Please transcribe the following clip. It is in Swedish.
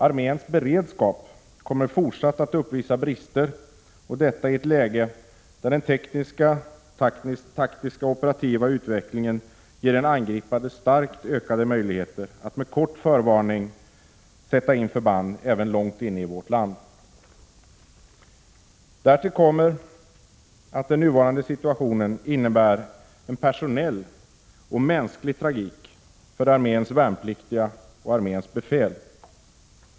Arméns beredskap kommer att fortsätta att uppvisa brister och detta i ett läge där den tekniska, taktiska och operativa utvecklingen ger en angripare starkt ökade möjligheter att med kort förvarning sätta in förband även långt inne i vårt land. Därtill kommer att den nuvarande situationen innebär en personell och mänsklig tragik för arméns värnpliktiga och befäl.